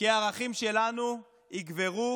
כי הערכים שלנו יגברו